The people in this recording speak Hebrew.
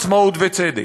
עצמאות וצדק.